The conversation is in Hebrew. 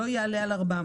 לא יעלה על 400,